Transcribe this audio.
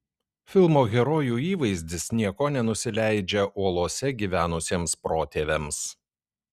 filmo herojų įvaizdis nieko nenusileidžia uolose gyvenusiems protėviams